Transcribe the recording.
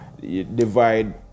Divide